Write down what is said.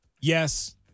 Yes